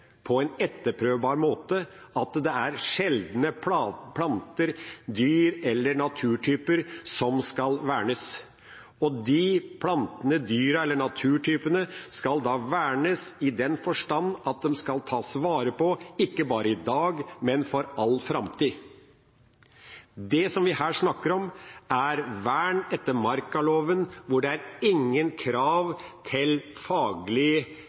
på en etterprøvbar måte at det er sjeldne planter, dyr eller naturtyper som skal vernes, og de plantene, dyrene eller naturtypene skal da vernes i den forstand at de skal tas vare på, ikke bare i dag, men for all framtid. Det vi her snakker om, er vern etter markaloven, hvor det ikke er krav til faglige